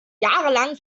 jahrelang